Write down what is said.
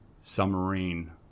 submarine